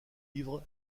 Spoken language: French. livres